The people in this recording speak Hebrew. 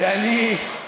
שאני,